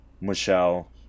Michelle